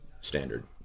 standard